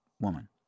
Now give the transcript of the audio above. woman